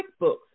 QuickBooks